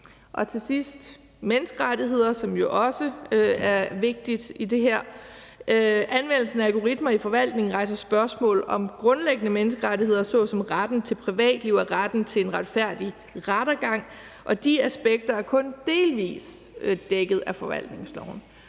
Til sidst er der menneskerettigheder, som jo også er vigtigt i det her. Anvendelse af algoritmer i forvaltningen rejser spørgsmål om grundlæggende menneskerettigheder såsom retten til privatliv og retten til en retfærdig rettergang, og de aspekter er kun delvis dækket af forvaltningsloven.